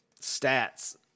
stats